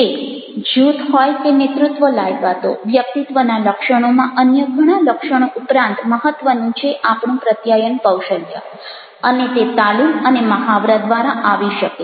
તે જૂથ હોય કે નેતૃત્વ લાયકાતો વ્યક્તિત્વના લક્ષણોમાં અન્ય ઘણા લક્ષણો ઉપરાંત મહત્ત્વનું છે આપણું પ્રત્યાયન કૌશલ્ય અને તે તાલીમ અને મહાવરા દ્વારા આવી શકે